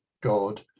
God